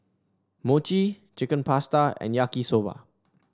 Mochi Chicken Pasta and Yaki Soba